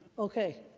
ok.